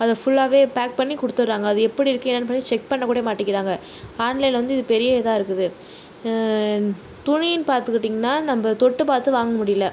அதை ஃபுல்லாகவே பேக் பண்ணி கொடுத்துறாங்க அது எப்படி இருக்குது என்னனு கூட செக் பண்ணக்கூட மாட்டேங்கிறாங்க ஆன்லைனில் வந்து இது பெரிய இதாக இருக்குது துணின்னு பார்த்துக்கிட்டிங்கன்னா நம்ப தொட்டு பார்த்து வாங்க முடியலை